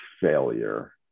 failure